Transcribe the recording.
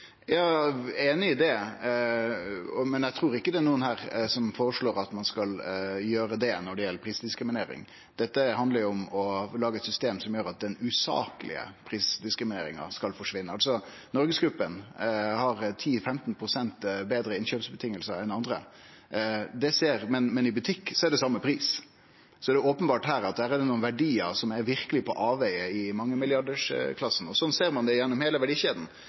Ja, eg er einig i det, men eg trur ikkje det er nokon her som føreslår at ein skal gjere det når det gjeld prisdiskriminering. Dette handlar jo om å lage eit system som gjer at den usaklege prisdiskrimineringa skal forsvinne. NorgesGruppen har 10–15 pst. betre innkjøpsvilkår enn andre, men i butikken er det same pris. Så det er openbert at det her er nokre verdiar som verkeleg er på avvegar i mangemilliardarsklassen. Det ser ein gjennom heile